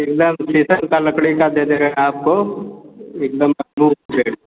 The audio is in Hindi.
एकदम शीशम का लकड़ी का दे रहे आपको एकदम मज़बूत दे रहे